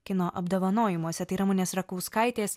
kino apdovanojimuose tai ramunės rakauskaitės